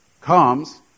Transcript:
comes